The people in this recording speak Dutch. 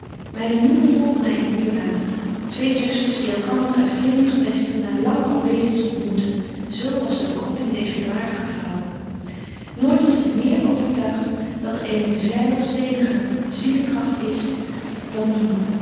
myne moeder volgde my een uur later twee zusters die elkander uit vreemde gewesten na lang afwezens ontmoeten zo was de begroeting deezer waardige betje wolff en aagje deken historie van mejuffrouw sara burgerhart vrouwen nooit was ik meer overtuigt dat er eene zeilsteenige zielenkragt is dan nu